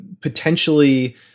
potentially